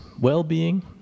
well-being